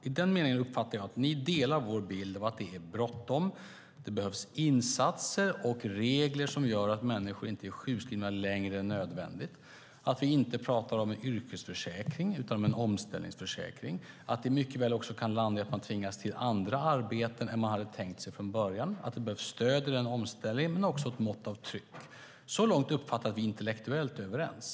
I den meningen uppfattar jag att ni delar vår bild att det är bråttom, att det behövs insatser och regler som gör att människor inte är sjukskrivna längre än nödvändigt, att vi inte ska prata om yrkesförsäkring utan om omställningsförsäkring, att det mycket väl också kan landa i att man tvingas till andra arbeten än man hade tänkt sig från början och att det behövs stöd men också ett mått av tryck vid en omställning. Så långt uppfattar jag att vi intellektuellt är överens.